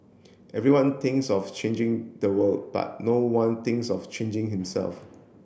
everyone thinks of changing the world but no one thinks of changing himself